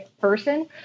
person